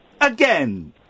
again